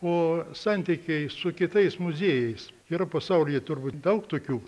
o santykiai su kitais muziejais yra pasaulyje turbūt daug tokių